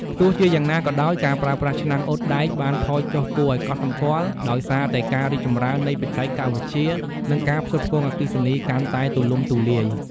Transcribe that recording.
ទោះជាយ៉ាងណាក៏ដោយ ការប្រើប្រាស់ឆ្នាំងអ៊ុតដែកបានថយចុះគួរឱ្យកត់សម្គាល់ ដោយសារតែការរីកចម្រើននៃបច្ចេកវិទ្យា និងការផ្គត់ផ្គង់អគ្គិសនីកាន់តែទូលំទូលាយ។